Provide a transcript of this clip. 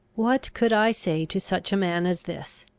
what could i say to such a man as this?